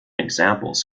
examples